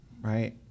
right